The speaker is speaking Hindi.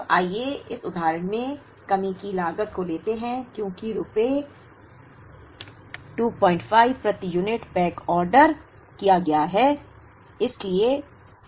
अब आइए इस उदाहरण में कमी की लागत को लेते हैं क्योंकि रुपये 25 प्रति यूनिट बैकऑर्डर किया गया है